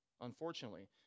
Unfortunately